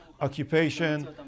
occupation